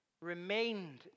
remained